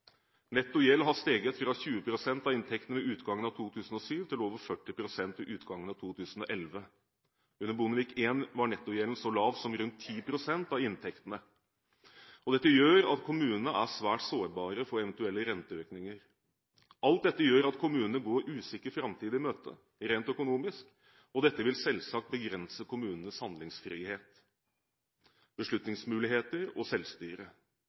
har steget fra 20 pst. av inntektene ved utgangen av 2007 til over 40 pst. ved utgangen av 2011. Under Bondevik I-regjeringen var nettogjelden så lav som rundt 10 pst. av inntektene. Dette gjør at kommunene er svært sårbare for eventuelle renteøkninger. Alt dette gjør at kommunene går en usikker framtid i møte rent økonomisk, og dette vil selvsagt begrense kommunenes handlingsfrihet, beslutningsmuligheter og selvstyre.